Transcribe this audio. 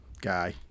guy